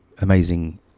amazing